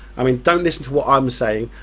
i mean don't listen to what i'm saying,